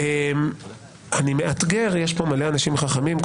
יש פה מלא אנשים חכמים,